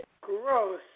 gross